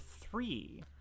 three